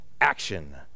action